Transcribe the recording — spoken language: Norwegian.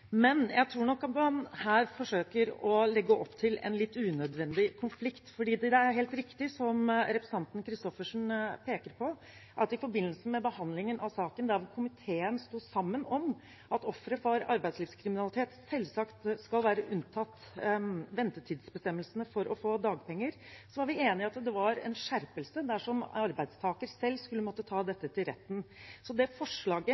men jeg tror nok at man her forsøker å legge opp til en litt unødvendig konflikt. Det er helt riktig, som representanten Christoffersen peker på, at i forbindelse med behandlingen av saken, der komiteen sto sammen om at ofre for arbeidslivskriminalitet selvsagt skal være unntatt ventetidsbestemmelsene for å få dagpenger, var vi enige om at det var en skjerpelse dersom arbeidstaker selv skulle måtte ta dette til retten. Det forslaget